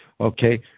okay